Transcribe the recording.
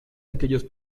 aquellos